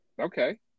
okay